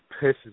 pisses